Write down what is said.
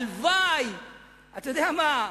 הלוואי, אתה יודע מה,